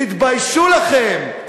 תתביישו לכם.